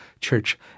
church